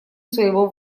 своего